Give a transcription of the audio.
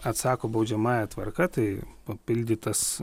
atsako baudžiamąja tvarka tai papildytas